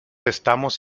estamos